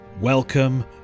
Welcome